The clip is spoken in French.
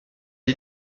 est